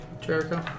Jericho